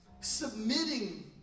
submitting